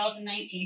2019